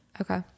Okay